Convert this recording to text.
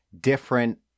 different